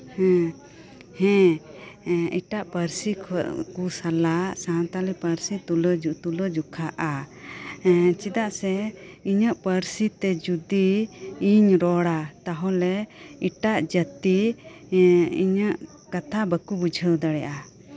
ᱦᱮᱸ ᱦᱮᱸ ᱮᱴᱟᱜ ᱯᱟᱹᱨᱥᱤ ᱠᱚ ᱥᱟᱞᱟᱜ ᱥᱟᱱᱛᱟᱲᱤ ᱯᱟᱹᱨᱥᱤ ᱛᱩᱞᱟᱹ ᱛᱩᱞᱟᱹᱡᱚᱠᱷᱟᱜᱼᱟ ᱮᱸ ᱪᱮᱫᱟᱜ ᱥᱮ ᱤᱧᱟᱹᱜ ᱯᱟᱹᱨᱥᱤ ᱛᱮ ᱡᱩᱫᱤ ᱤᱧ ᱨᱚᱲᱟ ᱛᱟᱞᱦᱮ ᱮᱴᱟᱜ ᱡᱟᱛᱤ ᱮᱸ ᱤᱧᱟᱹᱜ ᱠᱟᱛᱷᱟ ᱵᱟᱠᱚ ᱵᱩᱡᱷᱟᱹᱣ ᱫᱟᱲᱮᱭᱟᱜᱼᱟ